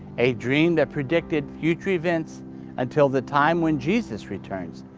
a dream that predicted future events until the time when jesus returns.